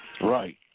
Right